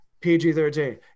PG-13